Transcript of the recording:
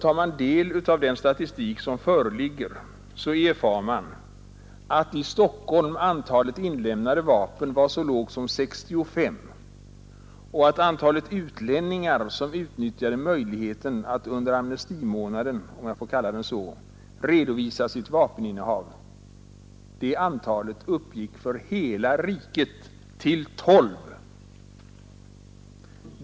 Tar man del av den statistik som föreligger, så erfar man nämligen att i Stockholm antalet inlämnade vapen var så lågt som 65 och att antalet utlänningar som utnyttjade möjligheten att under amnestimånaden — om jag får kalla den så — redovisa vapeninnehav uppgick för hela riket till 12.